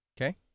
Okay